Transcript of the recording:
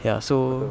ya so